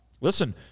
listen